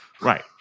right